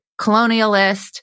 colonialist